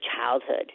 childhood